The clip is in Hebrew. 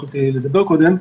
קודם.